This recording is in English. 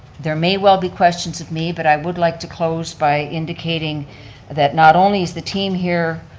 there may well be questions of me, but i would like to close by indicating that not only is the team here,